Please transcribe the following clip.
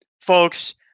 folks